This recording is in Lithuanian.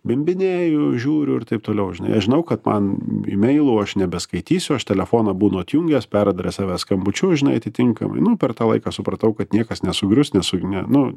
bimbinėju žiūriu ir taip toliau žinai aš žinau kad man imeilų aš nebeskaitysiu aš telefoną būnu atjungęs peradresavęs skambučiu žinai atitinkamai nu per tą laiką supratau kad niekas nesugrius nesu ne nu